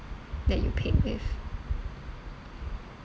that you paid with